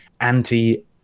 anti